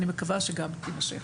ואני מקווה שגם תימשך.